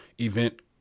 event